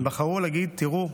הם בחרו להגיד: תראו,